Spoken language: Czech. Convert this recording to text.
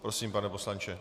Prosím, pane poslanče.